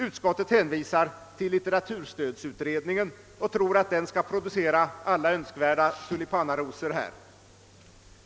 Utskottet hänvisar till litteraturstödutredningen och tror att den skall producera alla tänkbara tulipanarosor här.